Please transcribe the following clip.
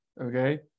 okay